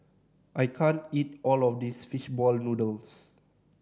I can't eat all of this fish ball noodles